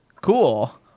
Cool